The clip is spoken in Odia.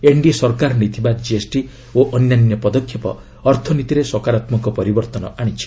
ଏନ୍ଡିଏ ସରକାର ନେଇଥିବା କିଏସ୍ଟି ଓ ଅନ୍ୟାନ୍ୟ ପଦକ୍ଷେପ ଅର୍ଥନୀତିରେ ସକାରାତ୍ମକ ପରିବର୍ତ୍ତନ ଆଣିଛି